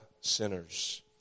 sinners